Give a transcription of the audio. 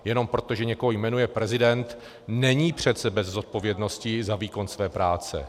Jenom proto, že někoho jmenuje prezident, není přece bez zodpovědnosti za výkon své práce.